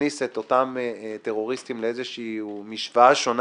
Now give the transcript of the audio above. יכניס את אותם טרוריסטים למשוואה שונה